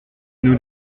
nous